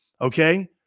Okay